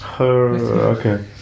Okay